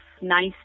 nice